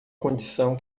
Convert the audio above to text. condição